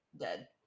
dead